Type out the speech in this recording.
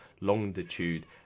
longitude